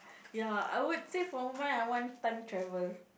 ya I would say for mine I want time travel